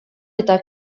eta